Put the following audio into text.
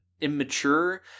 immature